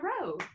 row